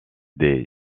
des